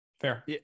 Fair